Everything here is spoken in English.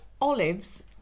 olives